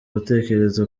gutekereza